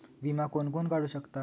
विमा कोण कोण काढू शकता?